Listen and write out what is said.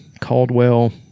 Caldwell